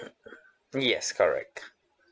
yes correct